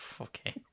Okay